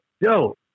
Yo